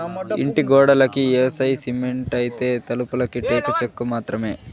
ఇంటి గోడలకి యేసే సిమెంటైతే, తలుపులకి టేకు చెక్క మాత్రమే